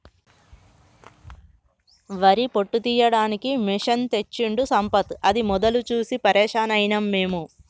వరి పొట్టు తీయడానికి మెషిన్ తెచ్చిండు సంపత్ అది మొదలు చూసి పరేషాన్ అయినం మేము